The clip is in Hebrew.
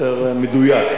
יותר מדויק,